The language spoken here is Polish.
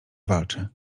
walczy